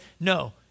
no